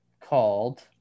called